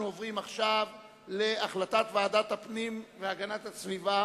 אנחנו עוברים עכשיו להחלטת ועדת הפנים והגנת הסביבה